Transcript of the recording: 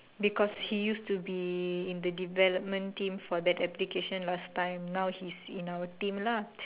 because he used to be in the development team for that application last time now he's in our team lah